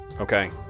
Okay